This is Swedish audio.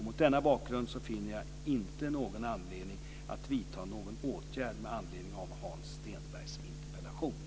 Mot denna bakgrund finner jag inte någon anledning att vidta någon åtgärd med anledning av Hans